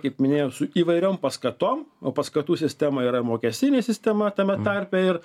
kaip minėjau su įvairiom paskatom o paskatų sistema yra mokestinė sistema tame tarpe ir